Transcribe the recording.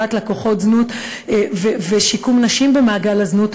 הפללת לקוחות זנות ושיקום נשים במעגל הזנות,